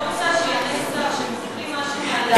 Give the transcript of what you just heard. את לא רוצה שיענה שר שמקריא משהו מהדף.